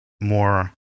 more